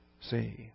see